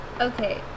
Okay